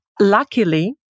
Luckily